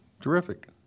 terrific